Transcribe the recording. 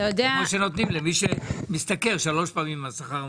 כמו שנותנים למי שמשתכר שלוש פעמים השכר הממוצע.